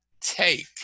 take